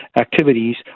activities